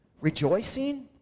rejoicing